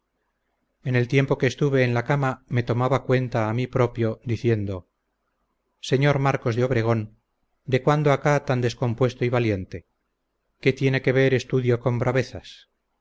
en el tiempo que estuve en la cama me tomaba cuenta a mí propio diciendo señor marcos de obregón de cuándo acá tan descompuesto y valiente qué tiene que ver estudio con bravezas muy